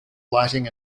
lighting